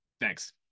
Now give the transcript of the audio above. Thanks